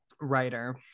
writer